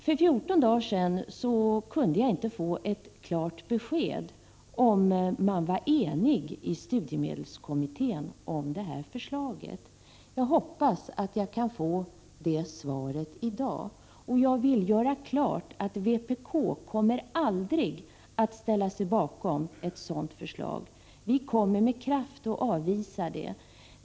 För 14 dagar sedan kunde jag inte få ett klart besked om man var enig i studiemedelskommittén om det här förslaget. Jag hoppas att jag kan få det svaret i dag, och jag vill göra klart att vpk aldrig kommer att ställa sig bakom ett sådant förslag. Vi kommer med kraft att avvisa det.